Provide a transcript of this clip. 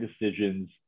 decisions